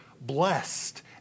blessed